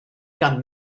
gan